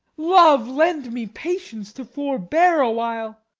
love, lend me patience to forbear awhile.